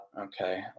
okay